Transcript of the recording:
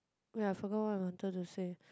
ya I forgot what I wanted to say